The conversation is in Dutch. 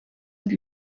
het